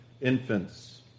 infants